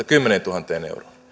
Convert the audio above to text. kymmeneentuhanteen euroon